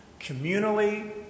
communally